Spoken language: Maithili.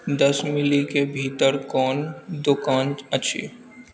दश मीलके भीतर कोन दोकान अछि